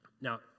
Now